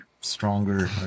stronger